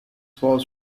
was